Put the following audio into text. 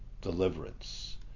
deliverance